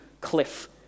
cliff